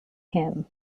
him